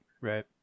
right